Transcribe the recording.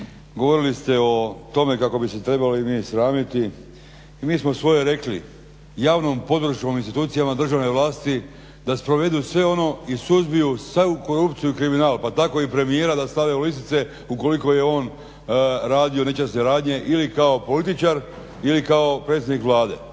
govorili ste o tome kako bi se mi trebali sramiti i mi smo svoje rekli javnom podrškom institucijama državne vlasti da sprovedu sve ono i suzbiju svu korupciju i kriminal pa tako i premijera da stave u lisice ukoliko je on radio nečasne radnje ili kao političar ili kao predsjednik Vlade.